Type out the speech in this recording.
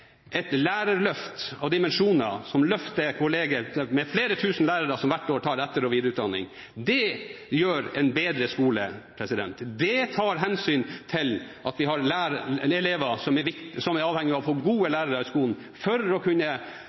et lærerløft av dimensjoner, som løfter kolleger, med flere tusen lærere som hvert år tar etter- og videreutdanning. Det gir en bedre skole. Det tar hensyn til at vi har elever som er avhengig av gode lærere i skolen for å kunne ta den utdannelsen de trenger, for å